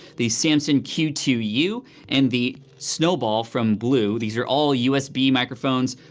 the samson q two u and the snowball from blue, these are all usb microphones.